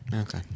Okay